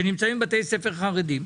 שנמצאים בבתי ספר חרדים,